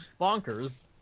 bonkers